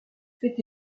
fait